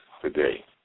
today